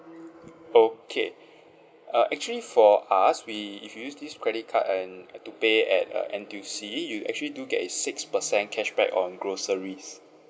okay uh actually for us we if you use this credit card and had to pay at uh N_T_U_C you actually do get a six percent cashback on groceries